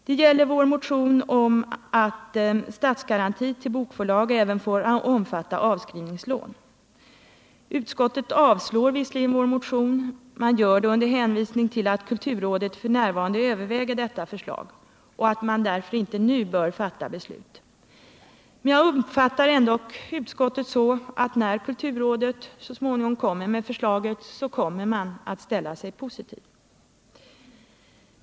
Det gäller först vår motion om att statsgaranti till bokförlag även får omfatta avskrivningslån. Utskottet avstyrker visserligen vår motion under hänvisning till att kulturrådet f. n. överväger detta förslag och att man därför inte nu bör fatta beslut. Men jag uppfattar ändock utskottet så att när kulturrådet så småningom kommer med förslaget så kommer man att ställa sig positiv till det.